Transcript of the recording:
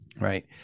right